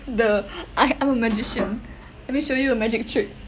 the I I'm a magician let me show you a magic trick